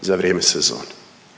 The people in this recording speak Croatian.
za vrijeme sezone.